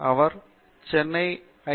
அவர் Chennai ஐ